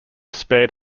spared